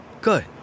Good